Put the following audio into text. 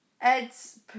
Ed's